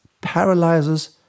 paralyzes